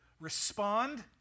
respond